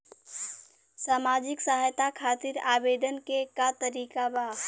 सामाजिक सहायता खातिर आवेदन के का तरीका बा?